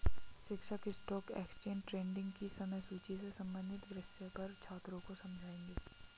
शिक्षक stock exchange trading की समय सूची से संबंधित विषय पर छात्रों को समझाएँगे